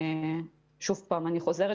שוב פעם אני חוזרת,